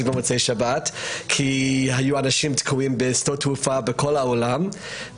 במוצאי שבת כי היו אנשים תקועים בשדות תעופה בכל העולם.